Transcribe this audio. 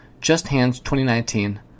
JUSTHANDS2019